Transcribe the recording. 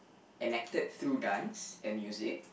enacted through dance and music